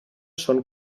són